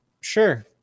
Sure